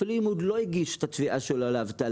אפילו אם הוא עוד לא הגיש את התביעה שלו לאבטלה.